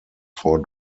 four